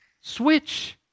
switch